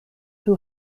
who